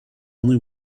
only